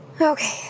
Okay